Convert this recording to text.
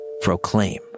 proclaim